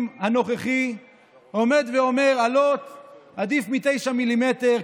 הנוכחי עומד ואומר: אלות עדיף מ-9 מ"מ.